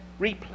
replay